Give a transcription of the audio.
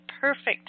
perfect